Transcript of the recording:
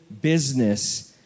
business